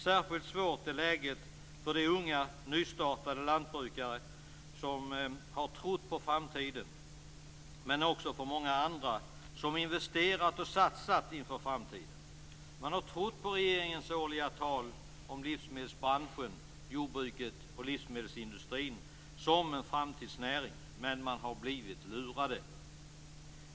Särskilt svårt är läget för de unga nystartade lantbrukare som har trott på framtiden, men också för många andra som har investerat och satsat inför framtiden. Man har trott på regeringens årliga tal om livsmedelsbranschen - "jordbruket och livsmedelsindustrin som en framtidsnäring" - men man har blivit lurad.